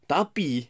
Tapi